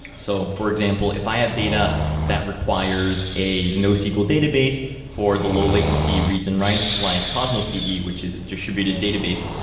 so for example, if i have data that requires a nosql database for the low latency reads and writes, like cosmos db, which is a distributed database,